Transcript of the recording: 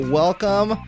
welcome